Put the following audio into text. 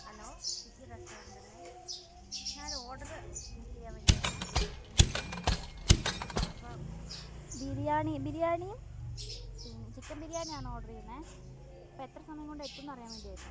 hello Swiggy restaurant അല്ലെ ഞാനൊരു order book ചെയ്യാൻ വേണ്ടിയിട്ടായിരുന്നു വിളിക്കുന്നത് അപ്പം ബിരിയാണി ബിരിയാണിയും പിന്നെ ചിക്കൻ ബിരിയാണിയാണ് ഓർഡർ ചെയ്യുന്നത് അപ്പം എത്ര സമയംകൊണ്ട് എത്തും എന്ന് അറിയാൻ വേണ്ടിയായിരുന്നു